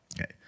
Okay